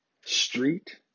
street